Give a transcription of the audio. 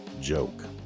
joke